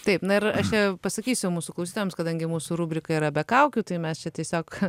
taip na ir aš čia pasakysiu mūsų klausytojams kadangi mūsų rubrika yra be kaukių tai mes čia tiesiog